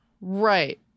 Right